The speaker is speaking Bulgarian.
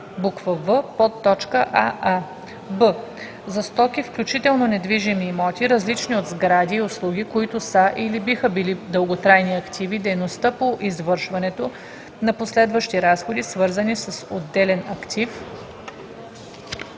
„в“, подточка „аа“; б) за стоки, включително недвижими имоти, различни от сгради, и услуги, които са или биха били дълготрайни активи – дейността по извършването на последващи разходи, свързани с отделен актив,